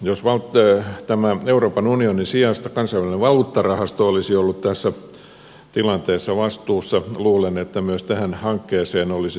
jos tämän euroopan unionin sijasta kansainvälinen valuuttarahasto olisi ollut tässä tilanteessa vastuussa luulen että myös tähän hankkeeseen olisi syvennytty